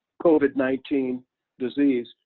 covid nineteen disease,